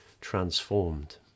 transformed